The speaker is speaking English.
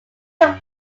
took